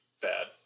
bad